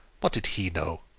what did he know?